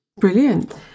Brilliant